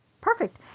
Perfect